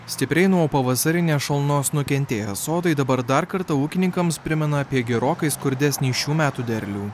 stipriai nuo pavasarinės šalnos nukentėjo sodai dabar dar kartą ūkininkams primena apie gerokai skurdesnį šių metų derlių